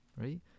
Right